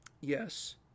yes